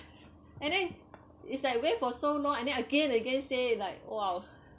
and then it's like wait for so long and then again again say like !wow!